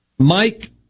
Mike